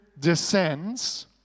descends